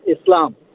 Islam